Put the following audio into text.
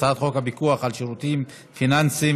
הצעת חוק הפיקוח על שירותים פיננסיים